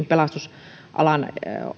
pelastusalan